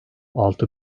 altı